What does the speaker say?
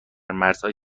مرزهای